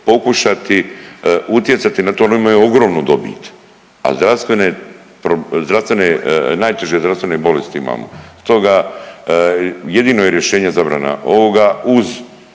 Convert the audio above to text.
pokušati utjecati na to jel oni imaju ogromnu dobit, a zdravstvene pro…, zdravstvene, najteže zdravstvene bolesti imamo. Stoga jedino je rješenje zabrana ovoga uz